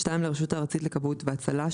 (2)לרשות הארצית לכבאות והצלה,